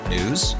News